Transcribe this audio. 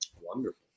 Wonderful